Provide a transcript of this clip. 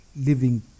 living